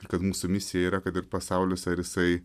ir kad mūsų misija yra kad pasaulis ar jisai